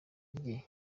rye